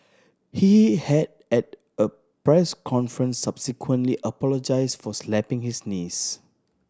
he had at a press conference subsequently apologised for slapping his niece